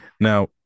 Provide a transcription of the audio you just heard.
Now